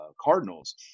Cardinals